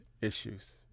issues